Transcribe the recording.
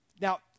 Now